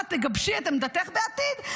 ואת תגבשי את עמדתך בעתיד,